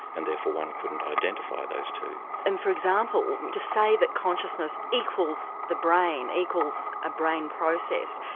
and therefore one couldn't identify those two. and for example, to say that consciousness equals the brain, equals a brain process,